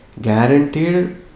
guaranteed